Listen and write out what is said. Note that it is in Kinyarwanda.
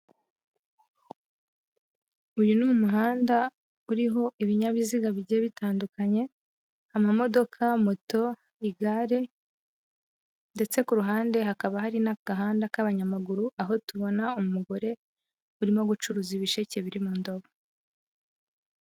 Uyu ni umuhanda uriho ibinyabiziga bigiye bitandukanye, amamodoka, moto, igare ndetse ku ruhande hakaba hari n'agahanda k'abanyamaguru, aho tubona umugore urimo gucuruza ibisheke biri mu ndobo.